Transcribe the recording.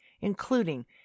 including